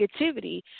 negativity